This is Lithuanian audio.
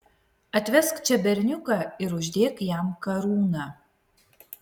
atvesk čia berniuką ir uždėk jam karūną